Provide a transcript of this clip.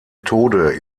tode